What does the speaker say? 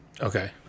Okay